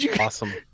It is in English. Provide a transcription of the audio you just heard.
Awesome